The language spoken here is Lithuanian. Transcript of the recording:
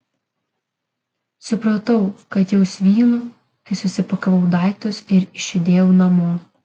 supratau kad jau svylu tai susipakavau daiktus ir išjudėjau namo